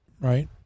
Right